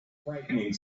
frightening